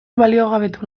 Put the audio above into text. baliogabetu